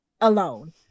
alone